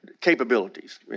capabilities